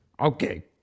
Okay